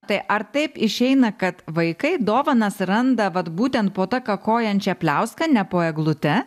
tai ar taip išeina kad vaikai dovanas randa vat būtent po ta kakojančia pliauska ne po eglute